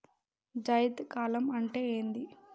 జైద్ కాలం అంటే ఏంది?